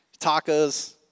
Tacos